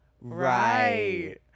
Right